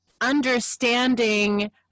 understanding